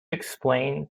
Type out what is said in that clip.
explain